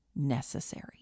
necessary